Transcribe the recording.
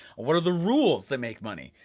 what are the rules that make money?